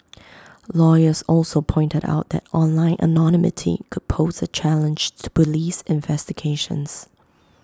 lawyers also pointed out that online anonymity could pose A challenge to Police investigations